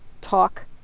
talk